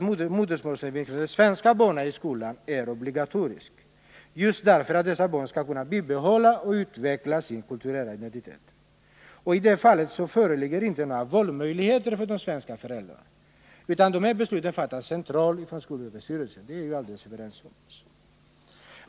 Modersmålsundervisningen för svenska barn i skolan är obligatorisk just för att barnen skall bibehålla och utveckla sin kulturella identitet. I det fallet föreligger ingen valfrihet för de svenska föräldrarna, utan detta beslut fattas centralt från SÖ.